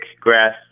grass